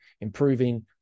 improving